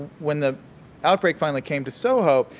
when the outbreak finally came to soho,